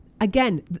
again